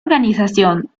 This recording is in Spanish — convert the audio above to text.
organización